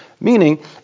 meaning